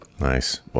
Nice